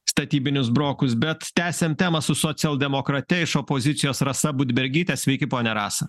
statybinius brokus bet tęsiam temą su socialdemokrate iš opozicijos rasa budbergyte sveiki ponia rasa